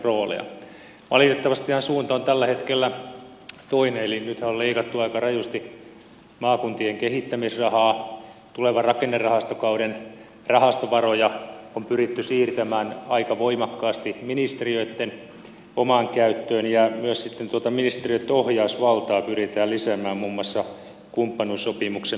valitettavastihan suunta on tällä hetkellä toinen eli nythän on leikattu aika rajusti maakuntien kehittämisrahaa tulevan rakennerahastokauden rahastovaroja on pyritty siirtämään aika voimakkaasti ministeriöitten omaan käyttöön ja myös tuota ministeriöitten ohjausvaltaa pyritään lisäämään muun muassa kumppanuussopimuksen myötä